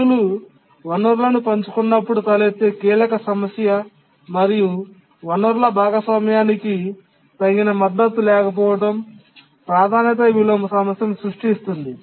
పనులు వనరులను పంచుకున్నప్పుడు తలెత్తే కీలకమైన సమస్య మరియు వనరుల భాగస్వామ్యానికి మనకు తగిన మద్దతు లేకపోవడం ప్రాధాన్యత విలోమ సమస్యను సృష్టిస్తుంది